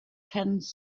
tents